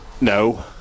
No